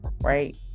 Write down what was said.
right